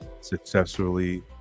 successfully